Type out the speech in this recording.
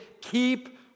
Keep